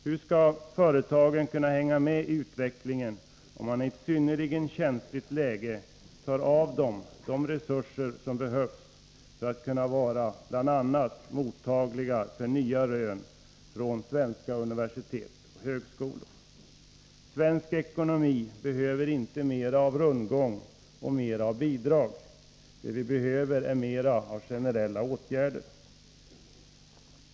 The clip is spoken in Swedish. Hur skall företagen kunna hänga med i utvecklingen, om man i ett synnerligen känsligt läge tar av dem de resurser som behövs för att de bl.a. skall kunna vara mottagliga för nya rön från svenska universitet och högskolor? Svensk ekonomi behöver inte mera av rundgång och av bidrag. Vad vi behöver är mera av generella åtgärder.